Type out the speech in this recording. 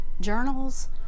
journals